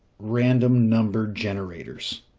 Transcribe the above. random number generators.